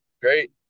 great